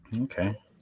Okay